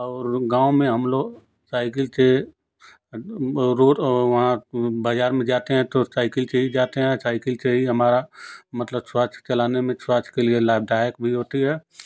और गाँव में हम लोग साइकिल से रोड वहाँ बाज़ार में जाते हैं तो साइकिल से ही जाते हैं साइकिल से ही हमारा स्वास्थ्य चलाने में स्वास्थ्य के लिए लाभदायक भी होता है